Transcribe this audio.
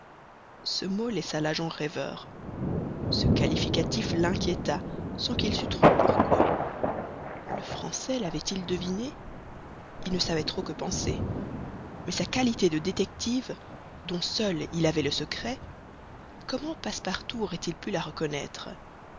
ce mot laissa l'agent rêveur ce qualificatif l'inquiéta sans qu'il sût trop pourquoi le français l'avait-il deviné il ne savait trop que penser mais sa qualité de détective dont seul il avait le secret comment passepartout aurait-il pu la reconnaître